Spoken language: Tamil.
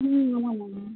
ம் ஆமாம் மேம்